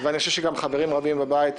ואני חושב שגם חברים רבים בבית,